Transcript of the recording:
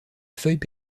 feuilles